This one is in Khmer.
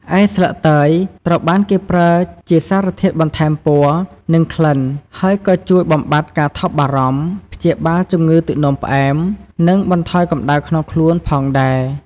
ឯ ស្លឹកតើយ ត្រូវបានគេប្រើជា សារធាតុបន្ថែមពណ៌ និង ក្លិន ហើយក៏ជួយ បំបាត់ការថប់បារម្ភ ព្យាបាល ជំងឺទឹកនោមផ្អែម និង បន្ថយកម្ដៅក្នុងខ្លួន ផងដែរ។